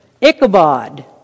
Ichabod